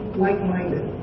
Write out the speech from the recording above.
like-minded